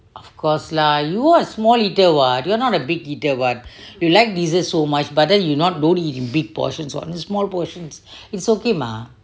of course lah you are small eater [what] you are not a big eater you like desserts so much but then you not don't eat in big portions only small portions it's okay mah